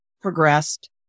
progressed